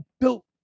built